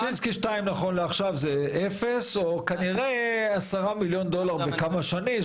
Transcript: ששינסקי 2 נכון לעכשיו זה אפס או עשרה מיליון דולר בכמה שנים,